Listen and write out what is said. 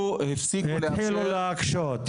התחילו להקשות.